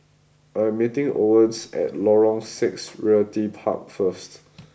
I am meeting Owens at Lorong Six Realty Park first